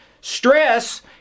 Stress